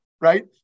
right